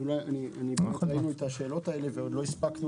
ראינו את השאלות האלה ועדיין לא הספקנו